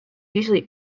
usually